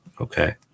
Okay